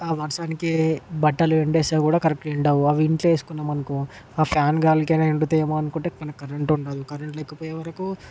ఆ వర్షానికి బట్టలు ఎండేస్తే కూడ కరెక్ట్గా ఎండవు అవి ఇంట్లో ఏసుకున్నామనుకో ఆ ఫ్యాన్ గాలికైనా ఎండుతాయేమో అని అనుకుంటే పోని కరెంట్ ఉండదు కరెంట్ లేకపోయేవరకు